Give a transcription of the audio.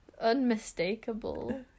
unmistakable